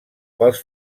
pels